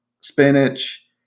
spinach